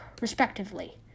respectively